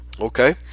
okay